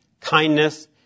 kindness